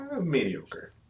mediocre